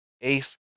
Ace